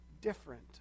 different